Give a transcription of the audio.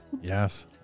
Yes